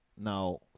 Now –